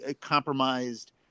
compromised